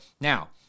now